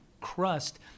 crust